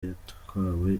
yatwawe